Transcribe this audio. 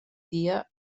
dia